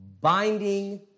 binding